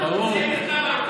ברור לי.